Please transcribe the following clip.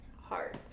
Heart